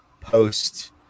post